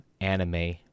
anime